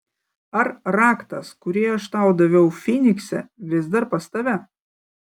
ar raktas kurį aš tau daviau fynikse vis dar pas tave